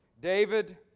David